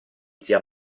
zia